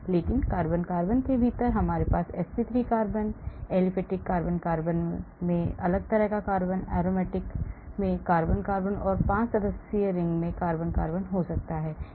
लेकिन carbon carbon के भीतर हमारे पास sp3 कार्बन एलिफैटिक में कार्बन कार्बन aromatic में कार्बन कार्बन और 5 सदस्यीय रिंग में कार्बन कार्बन हो सकता है